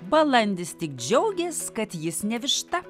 balandis tik džiaugės kad jis ne višta